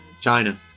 China